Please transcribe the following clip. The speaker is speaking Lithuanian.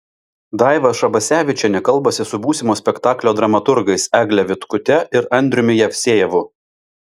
daiva šabasevičienė kalbasi su būsimo spektaklio dramaturgais egle vitkute ir andriumi jevsejevu